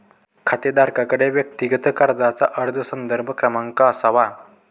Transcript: खातेदाराकडे वैयक्तिक कर्जाचा अर्ज संदर्भ क्रमांक असावा